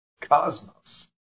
cosmos